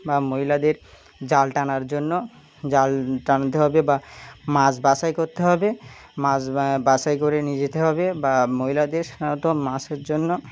বা মহিলাদের জাল টানার জন্য জাল টানতে হবে বা মাস বাসাই করোতেে হবে মাছ বাসাই করে নিয়ে যেতে হবে বা মহিলাদের সাধারণত মাছের জন্য